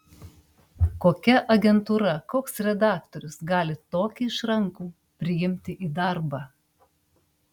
kokia agentūra koks redaktorius gali tokį išrankų priimti į darbą